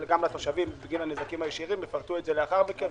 וגם לתושבים בגין הנזקים הישירים ויפרטו את זה לאחר מכן,